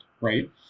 right